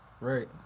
Right